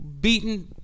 beaten